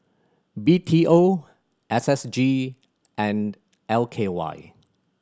B T O S S G and L K Y